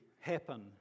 happen